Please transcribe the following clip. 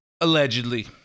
Allegedly